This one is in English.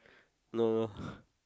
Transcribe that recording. no no